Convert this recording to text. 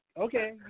Okay